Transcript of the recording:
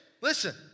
Listen